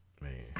Man